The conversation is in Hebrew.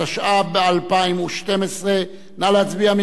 התשע"ב 2012. נא להצביע.